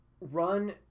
run